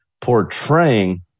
portraying